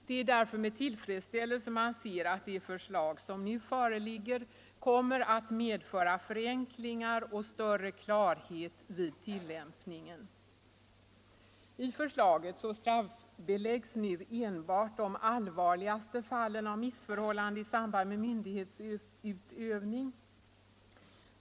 Det är därför med tillfredsställelse man ser att det förslag som nu föreligger kommer att medföra förenklingar och större klarhet vid tilllämpningen. I förslaget straffbeläggs nu enbart de allvarligaste fallen av missförhållande i samband med myndighetsutövning.